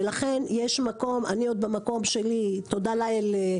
ולכן אני במקום שלי תודה לאל,